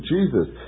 Jesus